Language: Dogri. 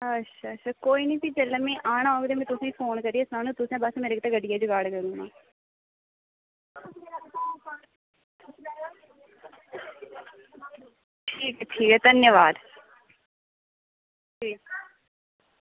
ते कोई निं जेल्लै में आना होग ते तुसें ई फोन करियै सनाई ओड़गी ते तुसें बस मेरे गित्तै गड्डियै दा जुगाड़ करी ओड़ना ठीक ठीक धन्यबाद